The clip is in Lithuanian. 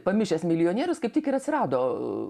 pamišęs milijonierius kaip tik ir atsirado